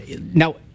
Now